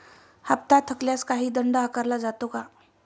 हप्ता थकल्यास काही दंड आकारला जातो का?